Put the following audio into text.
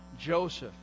Joseph